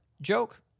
joke